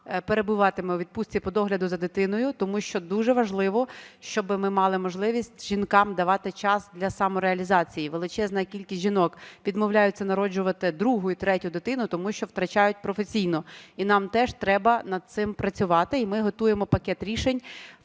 перебуватиме у відпустці по догляду за дитиною, тому що дуже важливо, щоб ми мали можливість жінкам давати час для самореалізації. Величезна кількість жінок відмовляються народжувати другу і третю дитину, тому що втрачають професійно. І нам теж треба над цим працювати, і ми готуємо пакет рішень,